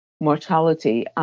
mortality